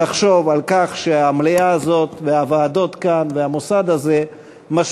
לחשוב על כך שהמליאה הזאת והוועדות כאן והמוסד הזה אולי